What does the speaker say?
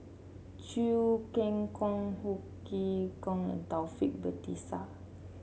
Chew Kheng Chuan Ho Chee Kong and Taufik Batisah